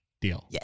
Deal